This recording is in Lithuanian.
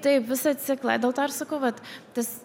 taip visą ciklą dėl to ir sakau vat tas